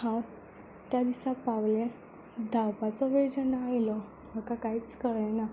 हांव त्या दिसाक पावलें धांवपाचो वेळ जेन्ना आयलो म्हाका कांयच कळ्ळें ना